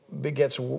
begets